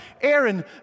Aaron